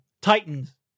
Titans